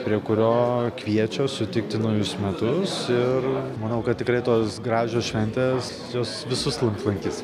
prie kurio kviečia sutikti naujus metus ir manau kad tikrai tos gražios šventės jus visus lankys